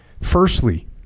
Firstly